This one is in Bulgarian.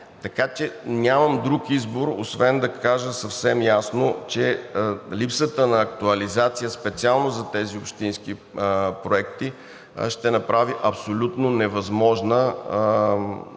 Така че нямам друг избор, освен да кажа съвсем ясно, че липсата на актуализация – специално за тези общински проекти, ще направи абсолютно невъзможно